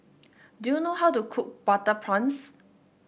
do you know how to cook Butter Prawns